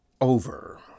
over